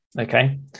Okay